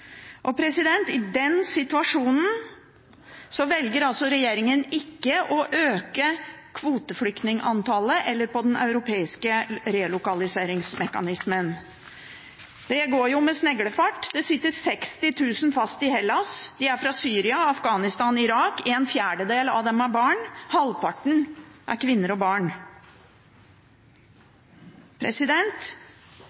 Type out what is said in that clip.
I den situasjonen velger regjeringen ikke å øke antallet kvoteflyktninger eller antallet fra den europeiske relokaliseringsmekanismen. Det går med sneglefart. Det sitter 60 000 fast i Hellas. De er fra Syria, Afghanistan og Irak. En fjerdedel av dem er barn. Halvparten er kvinner og barn.